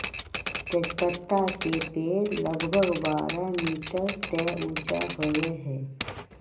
तेजपत्ता के पेड़ लगभग बारह मीटर तक ऊंचा होबा हई